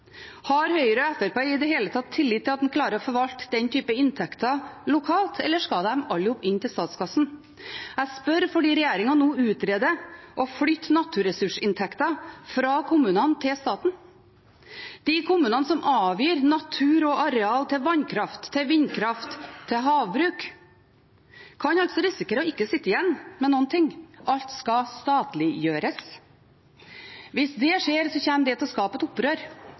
Har Høyre og Fremskrittspartiet i det hele tatt tillit til at en klarer å forvalte den type inntekter lokalt, eller skal alle i hop inn til statskassen? Jeg spør fordi regjeringen nå utreder å flytte naturressursinntekter fra kommunene til staten. De kommunene som avgir natur og areal til vannkraft, vindkraft og havbruk, kan altså risikere ikke å sitte igjen med noen ting – alt skal statliggjøres. Hvis det skjer, kommer det til å skape et opprør